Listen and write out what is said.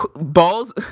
balls